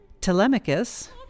Telemachus